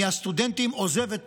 עוזבים